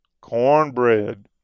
Cornbread